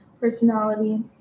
Personality